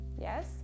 Yes